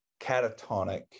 catatonic